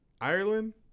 Ireland